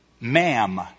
Ma'am